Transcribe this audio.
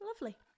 Lovely